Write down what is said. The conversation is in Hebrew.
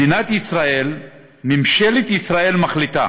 מדינת ישראל, ממשלת ישראל מחליטה